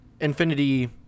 Infinity